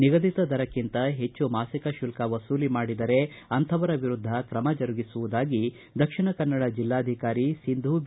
ನಿಗದಿತ ದರಕ್ಕಿಂತ ಹೆಚ್ಚು ಮಾಸಿಕ ಶುಲ್ಲ ವಸೂಲಿ ಮಾಡಿದರೆ ಅಂತಹವರ ವಿರುದ್ದ ಕ್ರಮ ಜರುಗಿಸುವುದಾಗಿ ದಕ್ಷಿಣ ಕನ್ನಡ ಜೆಲ್ಲಾಧಿಕಾರಿ ಸಿಂಧೂ ಬಿ